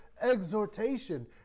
exhortation